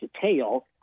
detail